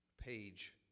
page